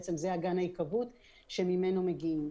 זה בעצם אגן ההיקוות שממנו מגיעים.